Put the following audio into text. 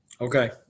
Okay